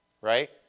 right